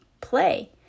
play